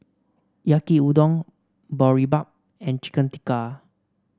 Yaki Udon Boribap and Chicken Tikka